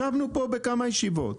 ישבנו פה בכמה ישיבות,